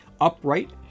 upright